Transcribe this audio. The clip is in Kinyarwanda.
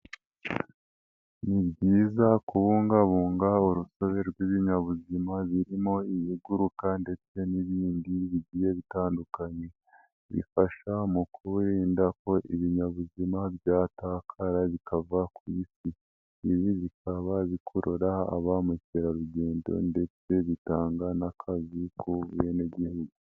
Ni byiza kubungabunga urusobe rw'ibinyabuzima birimo ibiguruka ndetse n'ibindi bigiye bitandukanye, bifasha mu kubirinda ko ibinyabuzima byatakara bikava ku isi ibi bikaba bikurura ba mukerarugendo ndetse bitanga n'akazi ku benegihugu.